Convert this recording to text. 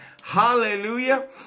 Hallelujah